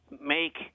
make